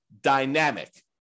dynamic